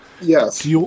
yes